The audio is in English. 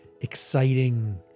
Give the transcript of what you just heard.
exciting